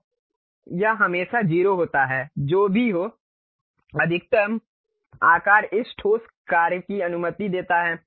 तो यह हमेशा 0 होता है जो भी हो अधिकतम आकार इस ठोस कार्य की अनुमति देता है